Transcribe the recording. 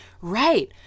right